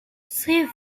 صفر